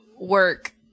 work